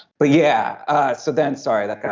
but yeah so then sorry that